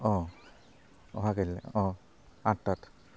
অঁ অহা কাইলৈ অঁ আঠটাত